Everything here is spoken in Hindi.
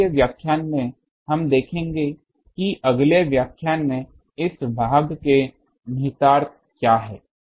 बाद के व्याख्यान में हम देखेंगे कि अगले व्याख्यान में इस भाग के निहितार्थ क्या हैं